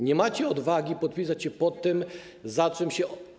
Nie macie odwagi podpisać się pod tym, za czym się.